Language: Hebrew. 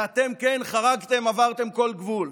ואתם כן חרגתם, עברתם כל גבול.